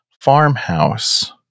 farmhouse